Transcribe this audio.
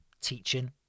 teaching